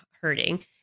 hurting